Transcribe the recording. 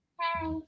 Hi